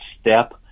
step